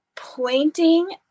pointing